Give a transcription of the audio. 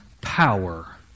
power